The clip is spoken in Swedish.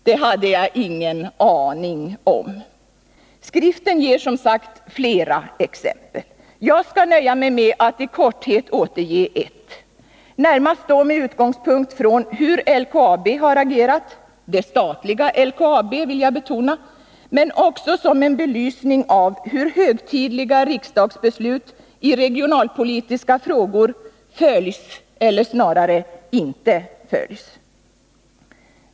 Det hade jag inte en aning om!” Skriften ger som sagt många exempel på att man är ointresserad av andra uppgifter, men jag skall nöja mig med att i korthet återge ett, närmast med utgångspunkt från hur det statliga LKAB har agerat, men också som en belysning av hur högtidliga riksdagsbeslut i regionalpolitiska frågor följs, eller snarare inte följs.